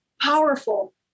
powerful